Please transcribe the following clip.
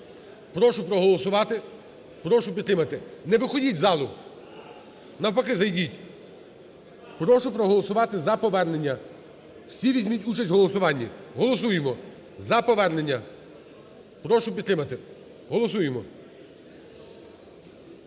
Прошу проголосувати, прошу підтримати. Не виходіть з залу, навпаки зайдіть. Прошу проголосувати за повернення. Всі візьміть участь в голосуванні. Голосуємо за повернення. Прошу підтримати, голосуємо.